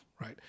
Right